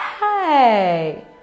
hey